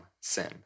sin